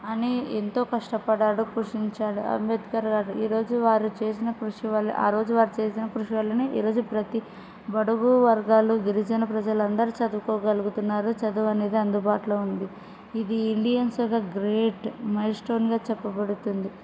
అని ఎంతో కష్టపడినాడు కృషించాడు అంబేద్కర్ గారు ఈరోజు వారు చేసిన కృషి వల్ల ఆ రోజు వారు చేసిన కృషి వల్ల ఈ రరోజు ప్రతి బడుగు వర్గాలు గిరిజన ప్రజలందరు చదువుకోగలుగుతున్నారు చదువు అనేది అందుబాటులో ఉంది ఇది ఇండియన్స్ ఆర్ ద గ్రేట్ మైల్స్టోన్గా చెప్పబడుతుంది